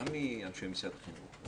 גם מאנשי משרד החינוך,